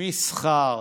מסחר,